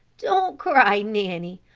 don't cry, nanny.